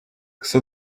kısa